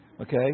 Okay